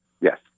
Yes